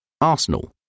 Arsenal